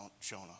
Jonah